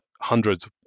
hundreds